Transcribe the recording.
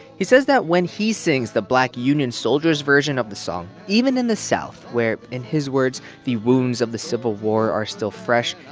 he says that when he sings the black union soldiers' version of the song, even in the south, where, in his words, the wounds of the civil war are still fresh,